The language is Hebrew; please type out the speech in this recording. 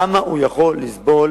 כמה הוא יכול לסבול